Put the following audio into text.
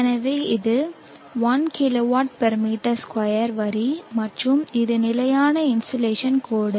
எனவே இது 1 kWm2 வரி மற்றும் இது நிலையான இன்சோலேஷன் கோடு